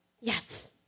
Yes